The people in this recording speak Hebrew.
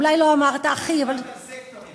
אולי לא אמרת "הכי" את דיברת על סקטורים.